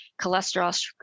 cholesterol